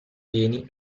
vieni